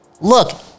Look